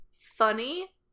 funny